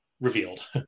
revealed